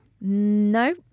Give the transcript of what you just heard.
No